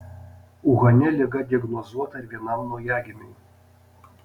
uhane liga diagnozuota ir vienam naujagimiui